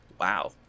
Wow